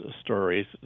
stories